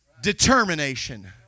Determination